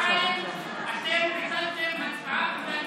ביטלתם הצבעה בגלל קיזוזים.